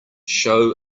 show